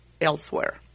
elsewhere